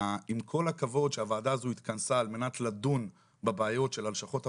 עם כל הכבוד שהוועדה הזו התכנסה על מנת לדון בבעיות של הלשכות הפרטיות,